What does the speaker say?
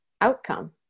outcome